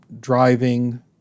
driving